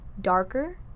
darker